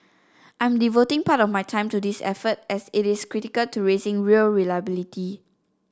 I'm devoting part of my time to this effort as it is critical to raising rail reliability